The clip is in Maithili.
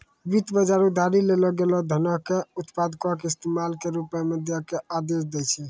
वित्त बजार उधारी लेलो गेलो धनो के उत्पादको के इस्तेमाल के रुपो मे दै के आदेश दै छै